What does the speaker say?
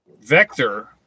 vector